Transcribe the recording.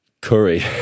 curry